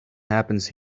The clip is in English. happens